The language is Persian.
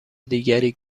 دیگری